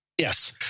Yes